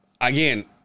again